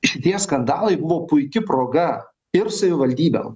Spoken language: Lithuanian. šitie skandalai buvo puiki proga ir savivaldybėm